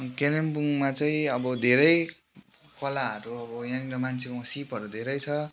कालिम्पोङमा चाहिँ अब धेरै कलाहरू अब यहाँनिर मान्छेकोमा सिपहरू धेरै छ